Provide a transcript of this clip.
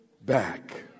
back